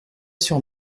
sur